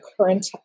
current